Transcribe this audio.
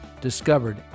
discovered